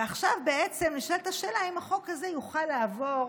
ועכשיו בעצם נשאלת השאלה: האם החוק הזה יוכל לעבור